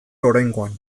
oraingoan